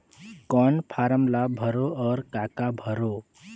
कौन फारम ला भरो और काका भरो?